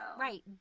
Right